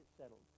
settled